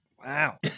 Wow